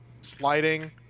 sliding